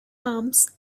arms